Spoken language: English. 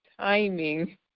timing